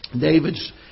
David's